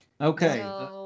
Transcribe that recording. Okay